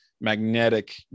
magnetic